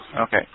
okay